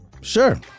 Sure